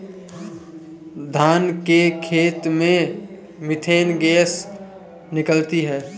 धान के खेत से मीथेन गैस निकलती है